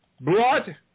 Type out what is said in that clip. blood